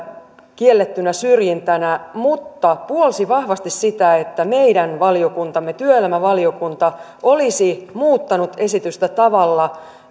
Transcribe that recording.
kiellettynä syrjintänä mutta puolsi vahvasti sitä että meidän valiokuntamme työelämävaliokunta olisi muuttanut esitystä tavalla